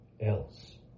else